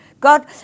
God